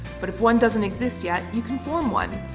but if one doesn't exist yet, you can form one.